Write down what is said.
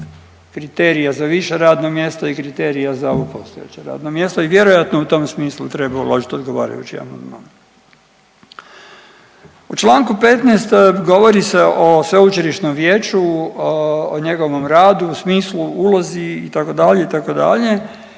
kriterija za više radno mjesto i kriterija za ovo postojeće radno mjesto i vjerojatno u tom smislu treba uložiti odgovarajući amandman. U Članku 15. govori se o sveučilišnom vijeću, o njegovom radu, smislu, ulozi itd., itd.,